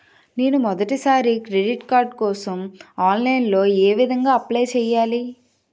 నేను మొదటిసారి credit card కోసం ఆన్లైన్ లో ఏ విధంగా అప్లై చేయాలి?